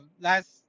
Last